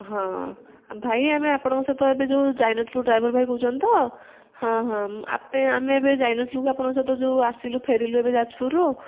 ହଁ ଭାଇ ଆମେ ଆପଣଙ୍କ ସହିତ ଏବେ ଯେଉଁ ଯାଇନଥିଲୁ ଡ୍ରାଇଭର ଭାଇ କହୁଛନ୍ତି ତ ହଁ ହଁ ଆମେ ଏବେ ଯାଇନଥିଲୁ କି ଆପଣଙ୍କ ସହିତ ଯେଉଁ ଆସିଲୁ ଫେରିଲୁ ଏବେ ଯାଜପୁରରୁ